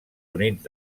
units